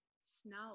Snow